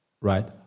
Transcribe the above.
right